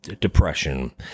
depression